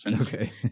Okay